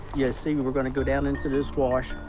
yeah see we're we're gonna go down into this wash.